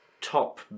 top